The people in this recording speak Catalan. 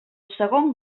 segon